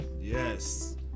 Yes